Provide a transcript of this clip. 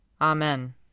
Amen